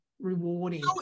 rewarding